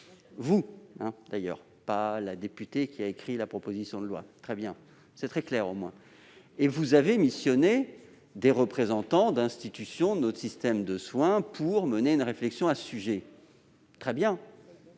vous », et non pas la députée qui a écrit cette proposition de loi. Au moins, c'est très clair ! Et vous avez missionné des représentants d'institutions de notre système de soins pour mener une réflexion à ce sujet. Très bien